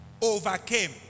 overcame